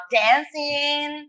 dancing